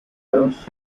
errors